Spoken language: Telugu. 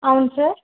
అవును సార్